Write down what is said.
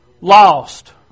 Lost